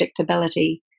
predictability